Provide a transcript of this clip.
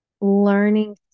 learning